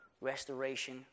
restoration